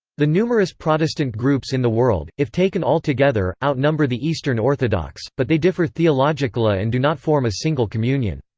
the numerous protestant groups in the world, if taken all together, outnumber the eastern orthodox, but they differ theologically and do not form a single communion.